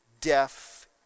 deaf